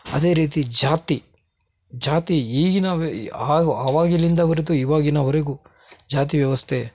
ಅದೇ ರೀತಿ ಜಾತಿ ಜಾತಿ ಈಗಿನ ವ್ಯ ಅವಾಗ ಅವಾಗಿನಿಂದ ಹೊರ್ತು ಈವಾಗಿನವರೆಗೂ ಜಾತಿ ವ್ಯವಸ್ಥೆ